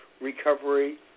recovery